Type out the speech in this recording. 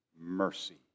mercy